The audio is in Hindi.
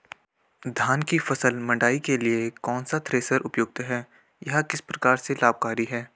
धान की फसल मड़ाई के लिए कौन सा थ्रेशर उपयुक्त है यह किस प्रकार से लाभकारी है?